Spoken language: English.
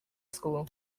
school